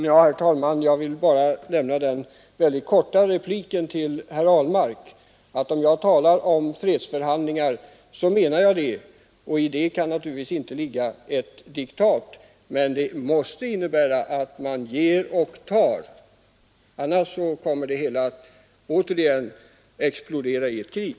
Herr talman! Jag vill bara göra den mycket korta repliken till herr Ahlmark att om jag talar om fredsförhandlingar så menar jag det. I det kan naturligtvis inte ligga ett diktat, men det måste innebära att man ger och tar. Annars kommer det hela att återigen explodera i ett krig.